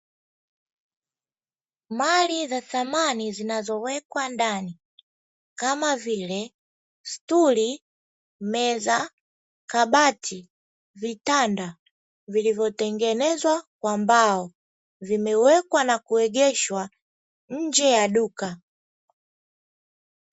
Mali za samani zinazowekwa ndani kama vile: stuli, meza, kabati, vitanda vilivyotengenezwa kwa mbao vimewekwa na kuegeshwa nje ya duka.